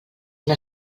una